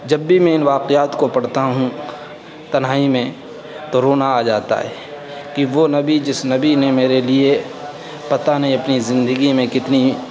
جب بھی میں ان واقعات کو پڑھتا ہوں تنہائی میں تو رونا آ جاتا ہے کہ وہ نبی جس نبی نے میرے لیے پتا نہیں اپنی زندگی میں کتنی